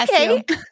Okay